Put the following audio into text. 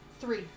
Three